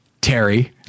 terry